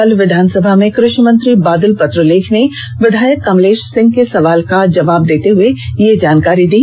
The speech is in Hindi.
कल विधानसभा में कृषि मंत्री बादल पत्रलेख ने विधायक कमलेश सिंह के सवाल का जवाब देते हुये यह जानकारी दी